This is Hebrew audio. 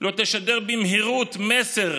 לא תשדר במהירות מסר